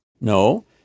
No